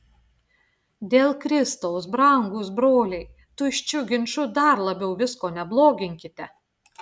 dėl kristaus brangūs broliai tuščiu ginču dar labiau visko nebloginkite